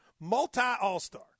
multi-all-star